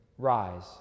Rise